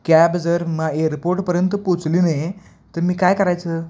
cab जर मा एअरपोर्टपर्यंत पोचली नाही तर मी काय करायचं